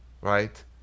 right